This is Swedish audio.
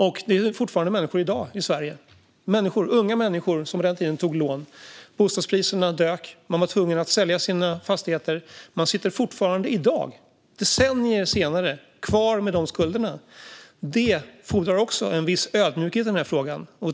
Det finns i dag fortfarande människor i Sverige - unga människor som på den tiden tog lån, bostadspriserna dök och de var tvungna att sälja sina fastigheter - som har kvar dessa skulder. Det fordrar också en viss ödmjukhet i denna fråga.